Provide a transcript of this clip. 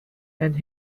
and